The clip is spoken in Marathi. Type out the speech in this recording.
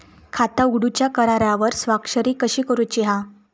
खाता उघडूच्या करारावर स्वाक्षरी कशी करूची हा?